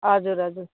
हजुर हजुर